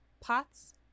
POTS